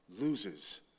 loses